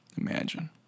imagine